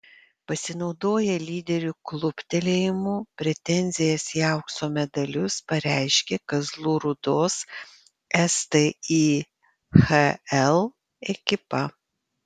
pasinaudoję lyderių kluptelėjimu pretenzijas į aukso medalius pareiškė kazlų rūdos stihl ekipa